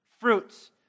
fruits